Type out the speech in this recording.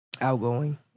outgoing